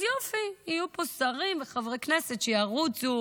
אז יופי, יהיו פה שרים וחברי כנסת שירוצו